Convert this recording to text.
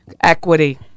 Equity